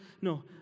no